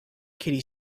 katie